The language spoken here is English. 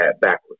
backwards